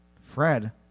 Fred